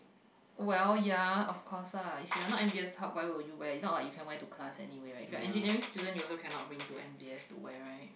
well ya of course lah if you are not M_B_S how why would you wear is not like you wear to class anywhere right if you are engineering student you also cannot bring to M_B_S to wear right